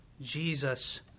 Jesus